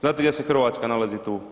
Znate gdje se Hrvatska nalazi tu?